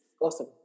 Awesome